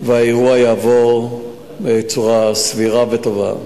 והאירוע יעבור בצורה סבירה וטובה.